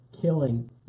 killing